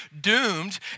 doomed